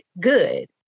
good